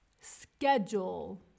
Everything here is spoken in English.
Schedule